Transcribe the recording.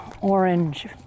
orange